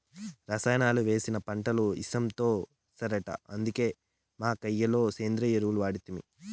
రసాయనాలు వేసిన పంటలు ఇసంతో సరట అందుకే మా కయ్య లో సేంద్రియ ఎరువులు వాడితిమి